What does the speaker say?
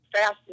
fast